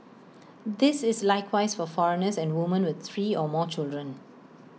this is likewise for foreigners and woman with three or more children